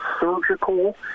surgical